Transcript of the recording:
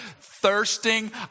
thirsting